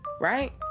Right